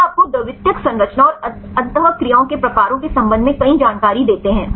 वे आपको द्वितीयक संरचना और अंत क्रियाओं के प्रकारों के संबंध में कई जानकारी देते हैं